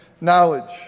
knowledge